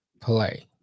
play